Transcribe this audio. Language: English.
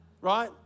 right